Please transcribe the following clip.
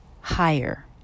higher